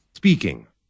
Speaking